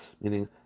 Meaning